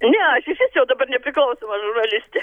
ne aš iš vis jau dabar nepriklausoma žurnalistė